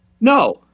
No